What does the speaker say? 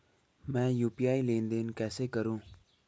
मैं यू.पी.आई लेनदेन कैसे करूँ?